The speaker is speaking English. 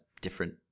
different